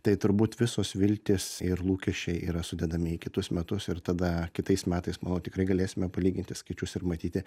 tai turbūt visos viltys ir lūkesčiai yra sudedami į kitus metus ir tada kitais metais manau tikrai galėsime palyginti skaičius ir matyti